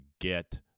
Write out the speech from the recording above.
get